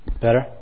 Better